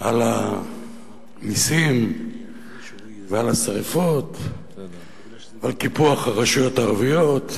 על המסים ועל השרפות ועל קיפוח הרשויות הערביות,